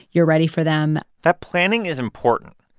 you're ready for them that planning is important.